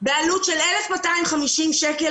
בעלות של 1,250 לחודש